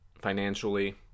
financially